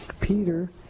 Peter